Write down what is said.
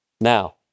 Now